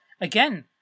again